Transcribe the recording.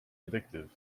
addictive